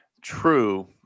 True